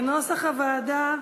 כנוסח הוועדה?